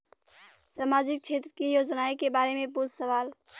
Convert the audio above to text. सामाजिक क्षेत्र की योजनाए के बारे में पूछ सवाल?